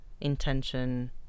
intention